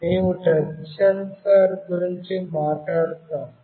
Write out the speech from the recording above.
మేము touch sensor గురించి మాట్లాడుతాము